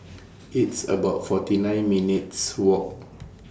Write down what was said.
It's about forty nine minutes' Walk